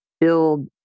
build